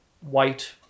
white